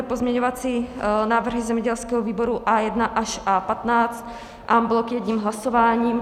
Pozměňovací návrhy zemědělského výboru A1 až A15 en bloc jedním hlasováním.